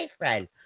boyfriend